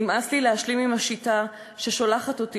נמאס לי להשלים עם השיטה ששולחת אותי